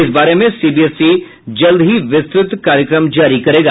इस बारे में सीबीएसई जल्द ही विस्तृत कार्यक्रम जारी करेगा